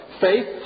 Faith